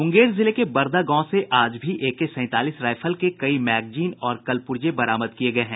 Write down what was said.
मुंगेर जिले के बरदह गांव से आज भी एके सैंतालीस राइफल के कई मैगजीन और कल पूर्जे बरामद किये गये हैं